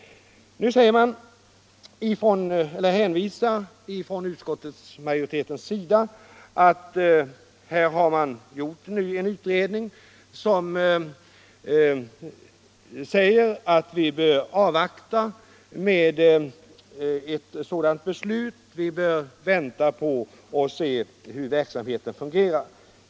Nu hänvisar utskottsmajoriteten till en utredning som säger att man bör avvakta med ett sådant beslut tills man ser hur verksamheten fungerar.